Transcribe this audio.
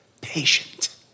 patient